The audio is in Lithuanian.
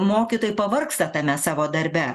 mokytojai pavargsta tame savo darbe